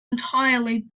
entirely